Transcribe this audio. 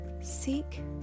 seek